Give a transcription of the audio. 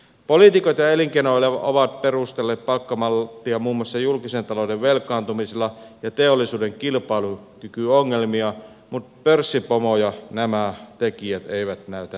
poliitikot ja elinkeinoelämä ovat perustelleet palkkamalttia muun muassa julkisen talouden velkaantumisella ja teollisuuden kilpailukykyongelmilla mutta pörssipomoja nämä tekijät eivät näytä koskettavan ollenkaan